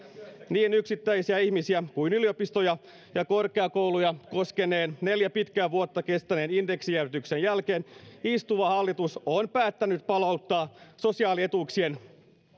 niin yksittäisiä ihmisiä kuin yliopistoja ja korkeakouluja koskeneen neljä pitkää vuotta kestäneen indeksijäädytyksen jälkeen istuva hallitus on päättänyt palauttaa sosiaalietuuksien